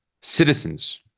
citizens